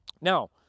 Now